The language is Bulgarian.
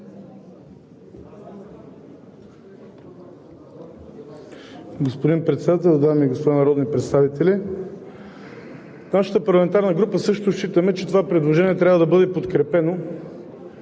Господин Председател, дами и господа народни представители! От нашата парламентарна група също считаме, че това предложение трябва да бъде подкрепено,